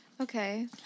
Okay